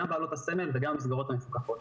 גם בעלות הסמל וגם המסגרות המפוקחות.